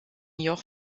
joch